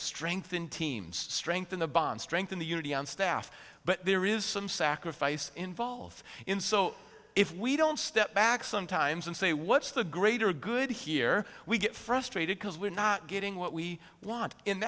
strengthen teams strengthen the bond strengthen the unity on staff but there is some sacrifice involved in so if we don't step back sometimes and say what's the greater good here we get frustrated because we're not getting what we want